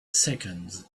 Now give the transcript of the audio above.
seconds